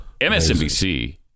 MSNBC